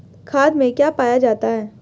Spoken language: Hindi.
खाद में क्या पाया जाता है?